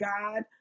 God